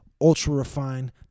ultra-refined